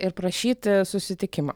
ir prašyti susitikimo